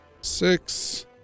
Six